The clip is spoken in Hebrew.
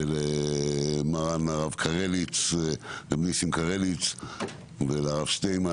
ולמרן הרב נסים קרליץ ולרב שטיינמן.